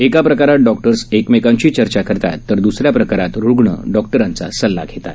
एका प्रकारात डॉक्टर्स एकमेकांशी चर्चा करतात तर द्सऱ्या प्रकारात रुग्ण डॉक्टरांचा सल्ला घेतात